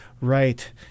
Right